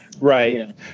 Right